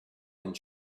and